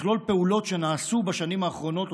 מכלול פעולות שנעשו בשנים האחרונות,